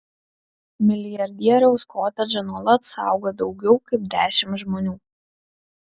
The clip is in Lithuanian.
milijardieriaus kotedžą nuolat saugo daugiau kaip dešimt žmonių